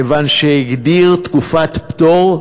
מכיוון שהגדיר תקופת פטור,